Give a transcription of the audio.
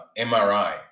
MRI